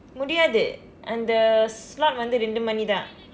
முடியாது அந்த:mudiyaathu antha slot வந்து இரண்டு மணி தான்:vanthu irandu mani thaan